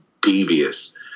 devious